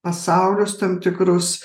pasaulius tam tikrus